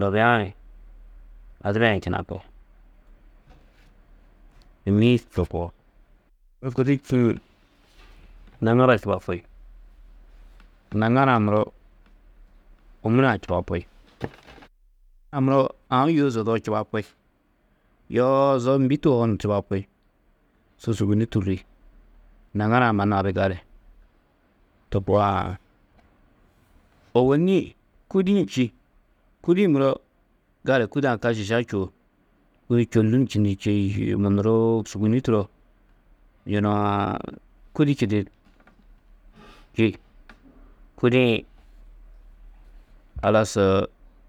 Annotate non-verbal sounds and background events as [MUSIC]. Dobia-ã ni adiba-ã yê činakú, hîmmi-ĩ to koo. Odu gudi čîĩ, naŋara čubapi, naŋara-ã muro ômure-ã čubapi, a muro aũ yûo di zodoo čubapi, yoo zo mbî tohoo ni čubapi, su sûguni tûrri, naŋara-ã mannu abi gali, to koo aã. Ôwonni kûdi-ĩ čî, kûdi-ĩ muro gali, kûde-ã ka šiša čûo, kûdi čôllu [UNINTELLIGIBLE] munuruu, sûguni turo yunu-ã kûdi [UNINTELLIGIBLE] čî, kûdi-ĩ halas. [HESITATION]